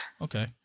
Okay